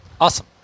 Awesome